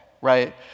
right